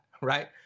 Right